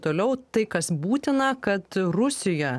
toliau tai kas būtina kad rusija